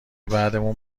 بعدمون